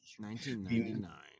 1999